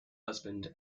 husband